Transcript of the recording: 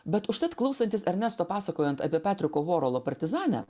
bet užtat klausantis ernesto pasakojant apie petriko vuorolo partizanę